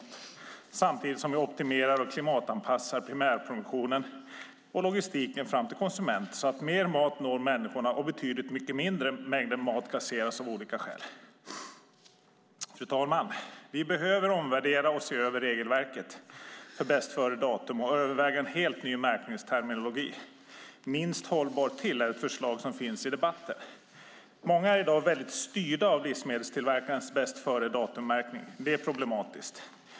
Detta bör ske samtidigt som vi optimerar och klimatanpassar primärproduktionen och logistiken fram till konsument så att mer mat når människorna och en betydligt mindre mängd mat kasseras av olika skäl. Fru talman! Vi behöver omvärdera och se över regelverket för bästföredatum och överväga en helt ny märkningsterminologi. Minst-hållbar-till är ett förslag som finns i debatten. Många är i dag väldigt styrda av livsmedelstillverkarnas bästföredatummärkning. Det är problematiskt.